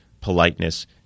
politeness